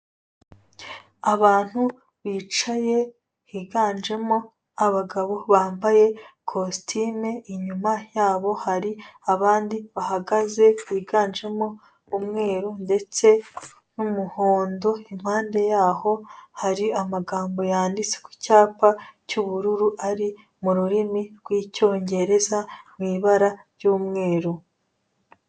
Abantu bicaye higanjemo abagabo bambaye kositime inyuma yabo hari abandi bahagaze biganjemo umweru ndetse n'umuhondo impande yaho hari amagambo yanditse ku cyapa cy'ubururu ari mu rurimi rw'icyongereza mu ibara ry'umweru.